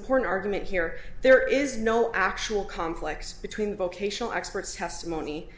important argument here there is no actual conflicts between vocational experts testimony